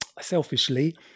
selfishly